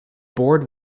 board